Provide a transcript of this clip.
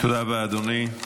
תודה רבה, אדוני.